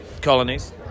colonies